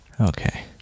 okay